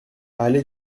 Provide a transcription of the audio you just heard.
allée